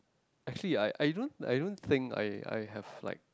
actually I I don't I don't think I I have like